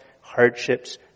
hardships